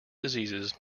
diseases